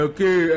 Okay